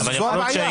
אבל זאת הבעיה.